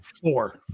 Four